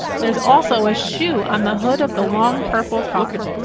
there's also a shoe on the hood of the long purple car.